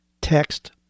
text